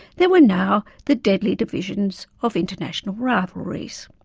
there were now the deadly divisions of international rivalries.